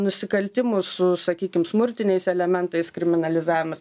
nusikaltimų su sakykim smurtiniais elementais kriminalizavimas